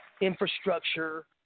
infrastructure